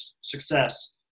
success